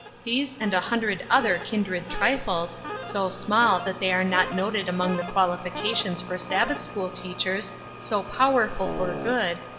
these and a hundred other kindred trifles, so small that they are not noted among the qualifications for sabbath-school teachers, so powerful for good,